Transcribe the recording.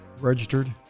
registered